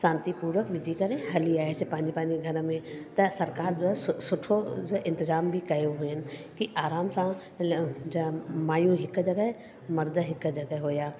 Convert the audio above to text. शांतिपुर्वक विझी करे हली आयासीं पंहिंजे पंहिंजे घर में त सरकारि जो आहे सु सुठो इतेज़ाम बि कयो हुई न कि आराम सां जो मायूं हिकु जॻह मर्द हिकु जॻह हुआ